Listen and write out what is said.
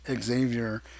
Xavier